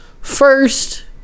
first